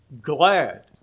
glad